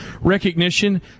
recognition